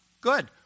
Good